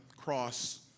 cross